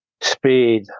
speed